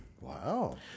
Wow